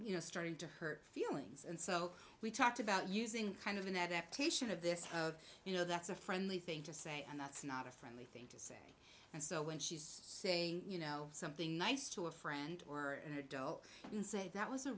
really starting to hurt feelings and so we talked about using kind of an adaptation of this you know that's a friendly thing to say and that's not a friendly thing and so when she's saying you know something nice to a friend or an adult and say that was a